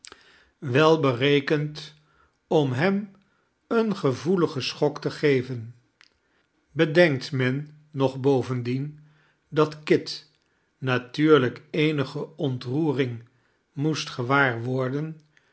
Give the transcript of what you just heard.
wel berekend om hem een gevoeligen schok te geven bedenkt men nog bovendien dat kit natuurlijk eenige ontroering moest gewaar worden